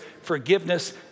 forgiveness